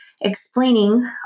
explaining